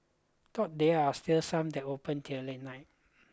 though there are still some that open till late night